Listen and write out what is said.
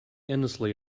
endlessly